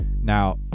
Now